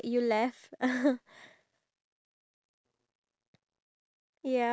on the bottom they will put like the the screen of them gaming